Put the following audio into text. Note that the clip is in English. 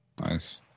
Nice